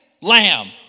lamb